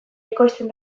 ekoizten